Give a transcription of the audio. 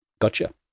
gotcha